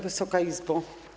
Wysoka Izbo!